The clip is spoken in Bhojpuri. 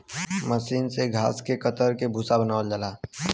मसीन से घास के कतर के भूसा बनावल जाला